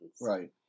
Right